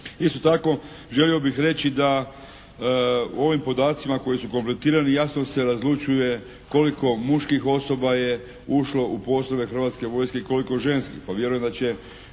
Isto tako želio bih reći da u ovim podacima koji su kompletirani jasno se razlučuje koliko muških osoba je ušlo u postrojbe Hrvatske vojske i koliko ženskih,